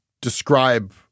describe